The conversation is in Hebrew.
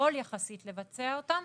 זול יחסית לבצע אותן,